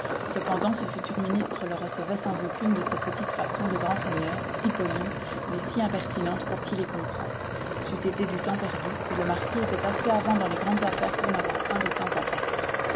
cependant ce futur ministre le recevait sans aucune de ces petites façons de grand seigneur si polies mais si impertinentes pour qui les comprend c'eût été du temps perdu et le marquis était assez avant dans les grandes affaires pour n'avoir point de temps à perdre